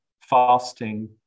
fasting